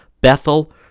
Bethel